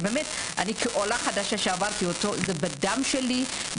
אני כעולה חדשה שעברתי את האולפן זה בדם שלי,